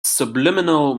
subliminal